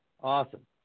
Awesome